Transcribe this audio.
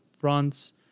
fronts